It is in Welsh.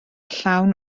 llawn